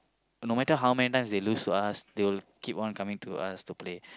no matter how many times they lose to us they will keep on coming to us to play